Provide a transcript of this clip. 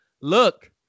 look